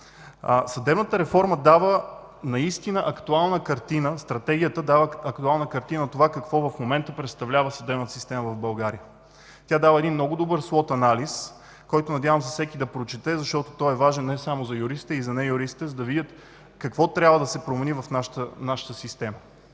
съдебната реформа дава наистина актуална картина на това какво в момента представлява съдебната система в България. Тя дава един много добър слот анализ, който, надявам се всеки да прочете, защото е важен не само за юристите, а и за неюристите, за да видят какво трябва да се промени в нашата система.